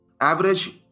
Average